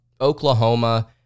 Oklahoma